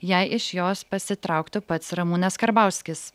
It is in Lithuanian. jei iš jos pasitrauktų pats ramūnas karbauskis